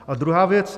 A druhá věc.